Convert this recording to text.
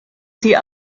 sie